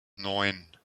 neun